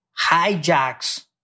hijacks